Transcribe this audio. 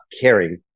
caring